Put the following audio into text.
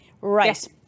Right